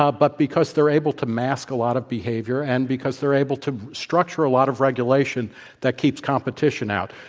ah but because they're able to mask a lot of behavior and because they're able to structure a lot of regulation that keeps competition out.